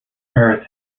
earth